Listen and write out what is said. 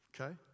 Okay